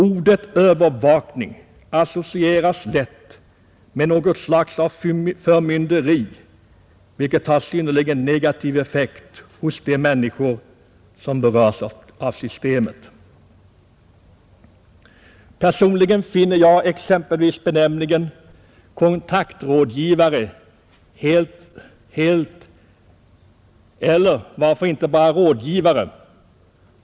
Ordet ”övervakning” associeras lätt med något slag av förmynderi, vilket kan ha synnerligen negativ effekt på de människor som berörs av systemet. Personligen finner jag att exempelvis benämningen ”kontaktrådgivare” — eller varför inte bara ”rådgivare”?